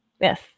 Yes